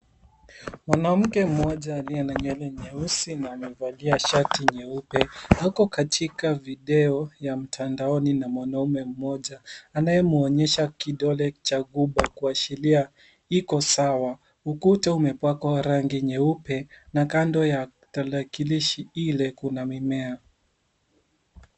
Mwanamke mmoja aliye na nywele nyeusi na amevalia shati nyeupe ako katika video ya mtandaoni na mwanamume mmoja anayemuonyesha kidole cha gumba kuashiria iko sawa. Ukuta imepakwa rangi nyeupe na kando ya tarakilishi ile kuna mimea.